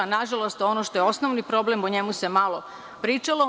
Na žalost, ono što je osnovni problem o njemu se malo pričalo.